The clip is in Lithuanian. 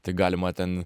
tai galima ten